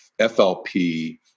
FLP